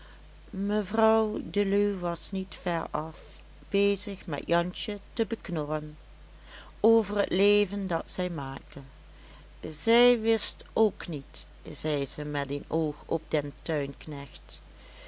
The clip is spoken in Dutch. mevrouw deluw was niet ver af bezig met jansje te beknorren over het leven dat zij maakte zij wist ook niet zei ze met een oog op den